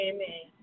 Amen